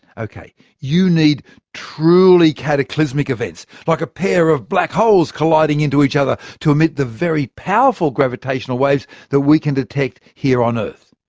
you need truly cataclysmic events, like a pair of black holes colliding into each other, to emit the very powerful gravitational waves that we can detect here on earth.